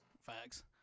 Facts